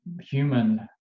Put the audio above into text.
human